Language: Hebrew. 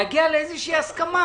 להגיע להסכמה.